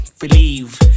believe